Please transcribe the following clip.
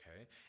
Okay